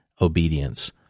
obedience